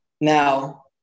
Now